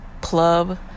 club